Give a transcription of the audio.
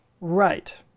Right